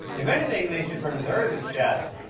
if anything, they should preserve his shadow.